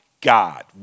God